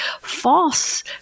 false